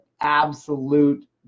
absolute